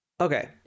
Okay